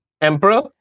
emperor